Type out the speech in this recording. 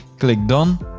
click done.